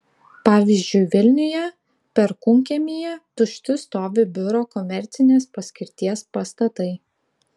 pavyzdžiui vilniuje perkūnkiemyje tušti stovi biuro komercinės paskirties pastatai